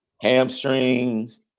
Hamstrings